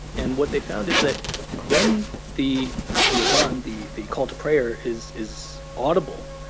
and what they found is that when the the azaan, the the call to prayer, is is audible,